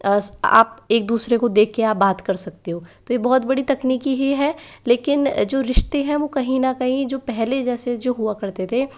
आप एक दूसरे को देख के आप बात कर सकते हो ये बहुत बड़ी तकनीकी ही है लेकिन जो रिश्ते हैं वो कहीं ना कहीं जो पहले जैसे जो हुआ करते थे